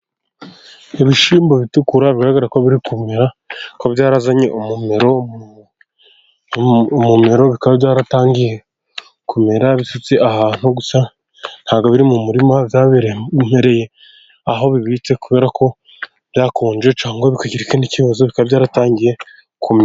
Ibishyimbo bitukura bigaragara ko biri kumera, bikaba byarazanye umumero bikaba byaratangiye kumera. Bisutse ahantu, gusa ntabwo biri mu murima. Byamereye aho bibitse kubera ko byakonje cyangwa bikagira ikindi kibazo, bikaba byaratangiye kumera.